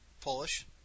Polish